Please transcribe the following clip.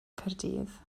caerdydd